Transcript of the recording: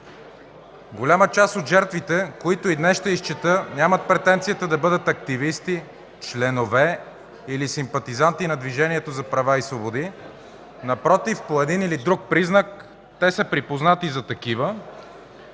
Голяма част от жертвите, които и днес ще изчета, нямат претенцията да бъдат активисти, членове или симпатизанти на Движението за права и свободи. Напротив, по един или друг признак те са припознати за такива